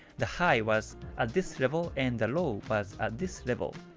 the high was at this level and the low was at this level.